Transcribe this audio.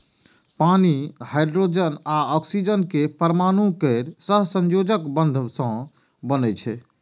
पानि हाइड्रोजन आ ऑक्सीजन के परमाणु केर सहसंयोजक बंध सं बनै छै